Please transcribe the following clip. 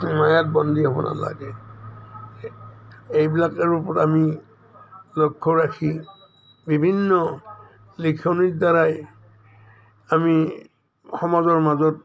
মায়াত বন্দী হ'ব নালাগে এইবিলাকৰ ওপৰত আমি লক্ষ্য ৰাখি বিভিন্ন লিখনিৰদ্বাৰাই আমি সমাজৰ মাজত